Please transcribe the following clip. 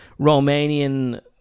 Romanian